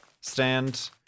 Stand